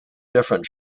different